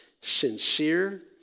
sincere